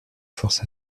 force